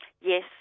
Yes